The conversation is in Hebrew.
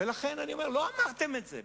לכן אני אומר: לא אמרתם את זה,